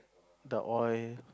the oil